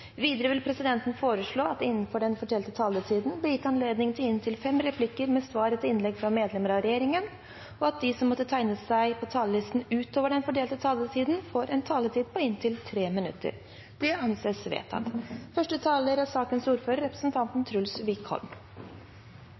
Videre vil presidenten foreslå at det – innenfor den fordelte taletid – blir gitt anledning til inntil fem replikker med svar etter innlegg fra medlemmer av regjeringen, og at de som måtte tegne seg på talerlisten utover den fordelte taletiden, får en taletid på inntil 3 minutter. – Det anses vedtatt.